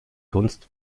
kunst